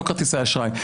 לא כרטיסי אשראי.